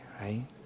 right